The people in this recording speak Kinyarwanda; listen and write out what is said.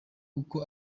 uko